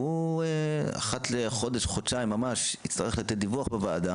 והוא אחת לחודש-חודשיים יצטרך לתת דיווח בוועדה